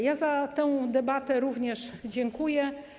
Ja za tę debatę również dziękuję.